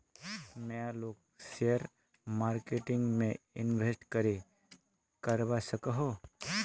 नय लोग share marketing में इंवेस्ट करे करवा सकोहो?